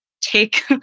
take